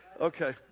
Okay